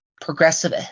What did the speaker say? progressive